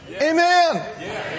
Amen